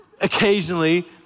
occasionally